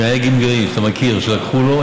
אם היה גמלאי שאתה מכיר שלקחו לו,